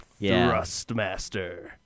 Thrustmaster